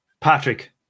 Patrick